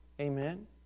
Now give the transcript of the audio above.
Amen